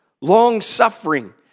long-suffering